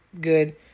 good